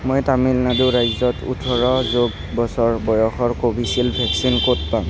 মই তামিলনাডু ৰাজ্যত ওঠৰ যোগ বছৰ বয়সৰ ক'ভিচিল্ড ভেকচিন ক'ত পাম